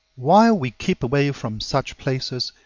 while we keep away from such places,